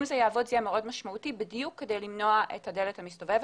זה יעבוד זה יהיה מאוד משמעותי בדיוק כדי למנוע את הדלת המסתובבת.